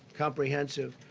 comprehensive.